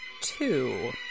two